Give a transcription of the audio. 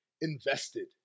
invested